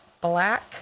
black